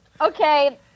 Okay